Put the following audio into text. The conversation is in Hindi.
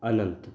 अनन्त